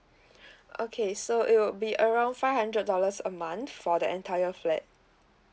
okay so it would be around five hundred dollars a month for the entire flat